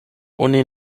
oni